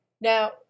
now